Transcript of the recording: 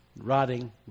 rotting